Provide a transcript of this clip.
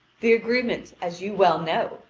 the agreement, as you well know,